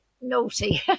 naughty